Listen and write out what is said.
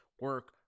Work